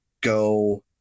go